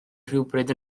rhywbryd